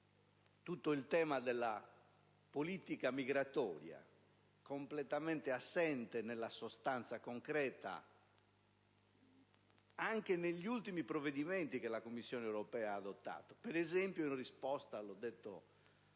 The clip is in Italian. il tema della politica migratoria, completamente assente nella sostanza concreta anche negli ultimi provvedimenti che la Commissione europea ha adottato, per esempio nella risposta - l'ho detto